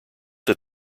that